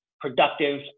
productive